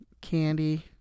candy